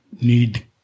need